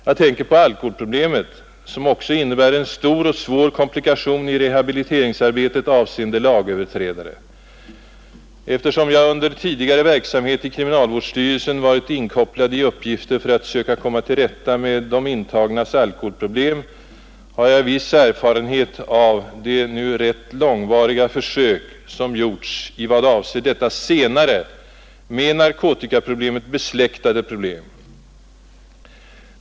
Jag tänker på alkoholproblemet, som också innebär en stor och svår komplikation i rehabiliteringsarbetet avseende lagöverträdare. Eftersom jag under tidigare verksamhet i kriminalvårdsstyrelsen varit inkopplad på uppgifter för att söka komma till rätta med de intagnas alkoholproblem, har jag viss erfarenhet av de nu rätt långvariga försök som gjorts i vad avser detta senare, med narkotikaproblemet besläktade problem.